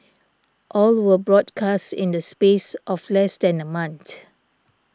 all were broadcast in the space of less than a month